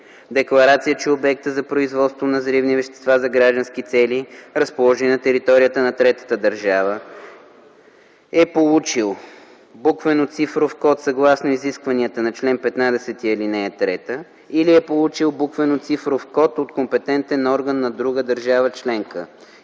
декларация, че обектът за производство на взривни вещества за граждански цели, разположен на територията на третата държава, е получил буквено-цифров код съгласно изискванията на чл. 15, ал. 3 или е получил буквено-цифров код от компетентен орган на друга държава членка;